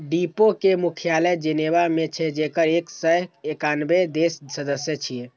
विपो के मुख्यालय जेनेवा मे छै, जेकर एक सय एकानबे देश सदस्य छियै